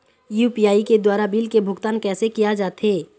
UPI के द्वारा bill के भुगतान कैसे किया जाथे?